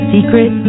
Secret